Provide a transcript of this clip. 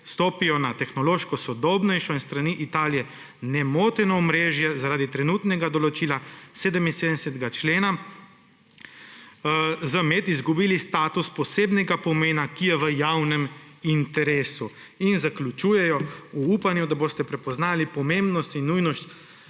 stopijo na tehnološko sodobnejšo in s strani Italije nemoteno omrežje, zaradi trenutnega določila 77. člena ZMed izgubili status posebnega pomena, ki je v javnem interesu.« In zaključujejo: »V upanju, da boste prepoznali pomembnost in nujnost,«